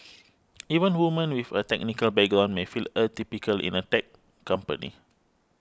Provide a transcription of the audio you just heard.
even women with a technical background may feel atypical in a tech company